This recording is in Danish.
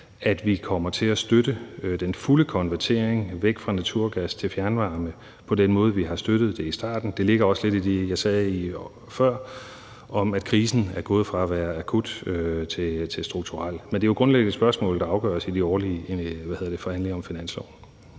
at vi kommer til at støtte den fulde konvertering væk fra naturgas til fjernvarme på den måde, vi har støttet det i starten. Det ligger også lidt i det, jeg sagde før, om, at krisen er gået fra at være akut til strukturel. Men det er jo grundlæggende et spørgsmål, der afgøres ved de årlige forhandlinger om finansloven.